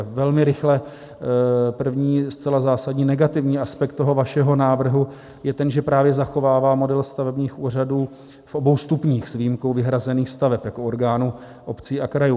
Velmi rychle: první, zcela zásadní, negativní aspekt vašeho návrhu je ten, že právě zachovává model stavebních úřadů v obou stupních s výjimkou vyhrazených staveb jako orgánů obcí a krajů.